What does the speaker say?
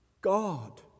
God